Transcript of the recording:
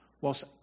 whilst